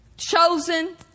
Chosen